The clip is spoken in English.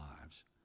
lives